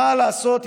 מה לעשות,